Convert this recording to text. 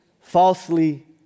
falsely